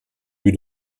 lue